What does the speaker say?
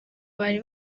bari